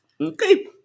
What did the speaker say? Okay